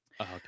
Okay